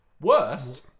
Worst